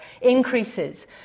increases